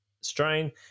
strain